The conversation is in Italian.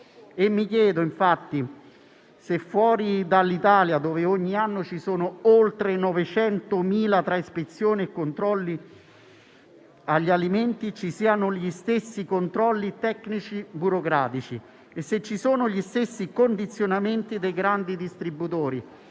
Mi chiedo infatti se fuori dall'Italia, dove ogni anno ci sono oltre 900.000 interventi, tra ispezioni e controlli agli alimenti, ci siano gli stessi controlli tecnici e burocratici, se ci siano gli stessi condizionamenti dei grandi distributori,